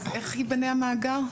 אז איך ייבנה המאגר?